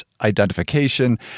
identification